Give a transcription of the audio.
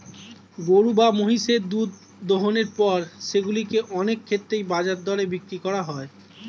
গরু বা মহিষের দুধ দোহনের পর সেগুলো কে অনেক ক্ষেত্রেই বাজার দরে বিক্রি করা হয়